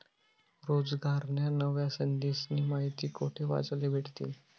रोजगारन्या नव्या संधीस्नी माहिती कोठे वाचले भेटतीन?